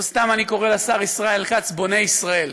לא סתם אני קורא לשר ישראל כץ "בונה ישראל".